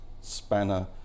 spanner